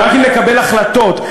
רק אם נקבל החלטות,